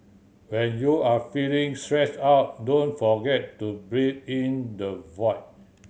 when you are feeling stressed out don't forget to breathe into the void